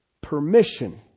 Permission